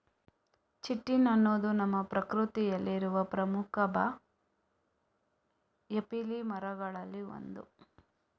chitin ಅನ್ನುದು ನಮ್ಮ ಪ್ರಕೃತಿಯಲ್ಲಿ ಇರುವ ಪ್ರಮುಖ ಬಯೋಪಾಲಿಮರುಗಳಲ್ಲಿ ಒಂದು